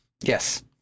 Yes